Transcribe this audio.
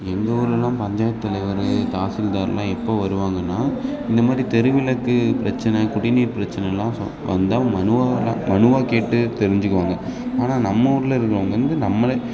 எங்கள் ஊர்லெலாம் பஞ்சாயத்து தலைவர் தாசில்தாரெலாம் எப்போ வருவாங்கன்னால் இந்த மாதிரி தெருவிளக்கு பிரச்சனை குடிநீர் பிரச்சனைல்லாம் சொ வந்தால் மனுவாகலாம் மனுவாக கேட்டுத் தெரிஞ்சுக்குவாங்க ஆனால் நம்ம ஊரில் இருக்கிறவங்க வந்து நம்மளை